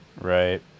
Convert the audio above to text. Right